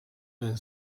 been